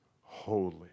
holy